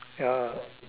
ya